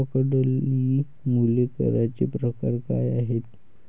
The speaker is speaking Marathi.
गावाकडली मुले करांचे प्रकार काय आहेत?